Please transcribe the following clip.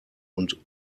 und